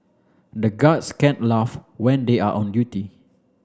the guards can't laugh when they are on duty